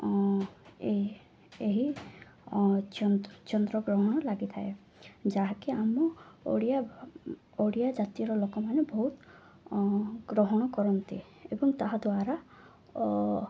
ଏହି ଏହି ଚ ଚନ୍ଦ୍ରଗ୍ରହଣ ଲାଗିଥାଏ ଯାହାକି ଆମ ଓଡ଼ିଆ ଓଡ଼ିଆ ଜାତିର ଲୋକମାନେ ବହୁତ ଗ୍ରହଣ କରନ୍ତି ଏବଂ ତାହା ଦ୍ୱାରା